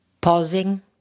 pausing